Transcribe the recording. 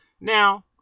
Now